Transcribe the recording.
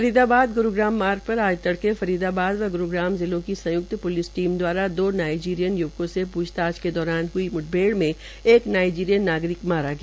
Faridabad Gurugram road पर आज तड़के फरीदाबाद व ग्रूग्राम प्लिस की संय्क्त प्लिस टीम द्वारा दो नाईजीरियन य्वकों से पूछताछ के दौरान की म्ठभेड़ में एक नाईजीरियन नागरिक मार गया